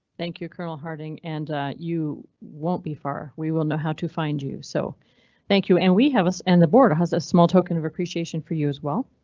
thank you colonel harting and you won't be far. we will know how to find you. so thank you and we have and the board has a small token of appreciation for you as well.